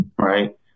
right